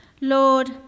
Lord